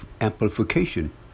amplification